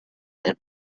and